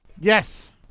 Yes